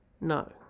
no